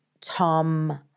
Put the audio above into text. Tom